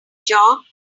job